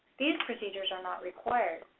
these procedures are not required.